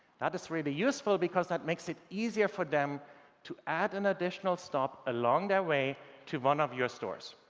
that is really useful because that makes it easier for them to add an additional stop along their way to one of your stores.